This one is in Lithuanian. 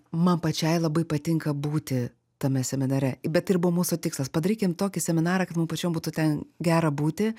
man pačiai labai patinka būti tame seminare bet ir buvo mūsų tikslas padarykim tokį seminarą kad mum pačiom būtų ten gera būti